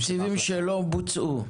תקציבים שלא בוצעו.